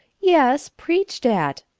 yes, preached at.